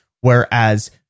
Whereas